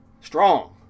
Strong